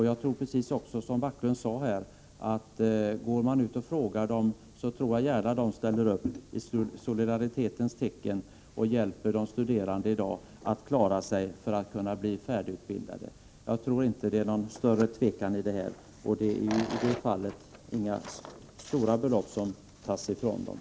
Jag tror, som Rune Backlund också sade, att går man ut på arbetsplatserna så ställer nog löntagarna gärna upp i solidaritetens tecken och hjälper de studerande så att de kan klara sig och bli färdigutbildade. Jag tror inte att det finns någon större tvekan om detta, och det är inga stora belopp det gäller.